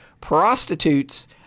prostitutes